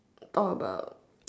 all about